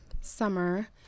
summer